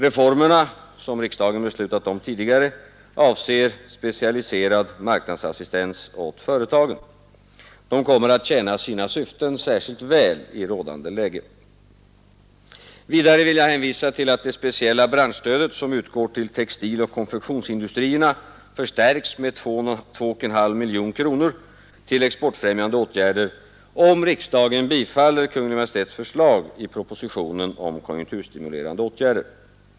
Reformerna, som riksdagen beslutat om tidigare, avser specialiserad marknadsassistans åt företagen. De kommer att tjäna sina syften särskilt väl i rådande läge. Vidare vill jag hänvisa till att det speciella branschstödet som utgår till textiloch konfektionsindustrierna förstärks med 2,5 miljoner kronor till exportfrämjande åtgärder om riksdagen bifaller Kungl. Maj:ts förslag i propositionen om konjunkturstimulerande åtgärder.